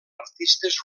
artistes